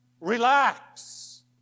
Relax